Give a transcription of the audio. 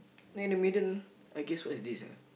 then in the middle I guess what is this ah